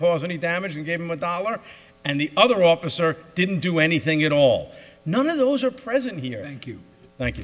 cause any damage and gave him a dollar and the other officer didn't do anything at all none of those are present here thank you